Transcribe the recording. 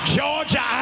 Georgia